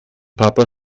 papa